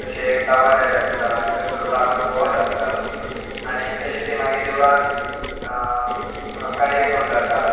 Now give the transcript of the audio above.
तशें काबार जायत आसता आनी तसो तो राखण भोंवत आसता आनी तशें तें मागीर देवळान कार्यक्रम जाता